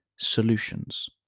solutions